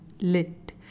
Lit